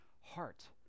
heart